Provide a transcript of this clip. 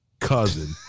cousin